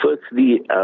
firstly